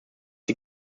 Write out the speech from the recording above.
die